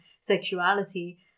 sexuality